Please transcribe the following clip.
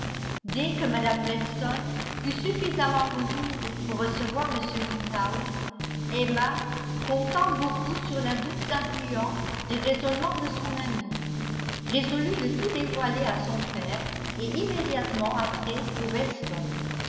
dès que mme weston fut suffisamment remise pour recevoir m woodhouse emma comptant beaucoup sur la douce influence des raisonnements de son amie résolut de tout dévoiler à son père et immédiatement après aux weston